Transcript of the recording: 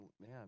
Man